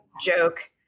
joke